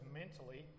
mentally